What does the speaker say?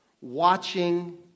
watching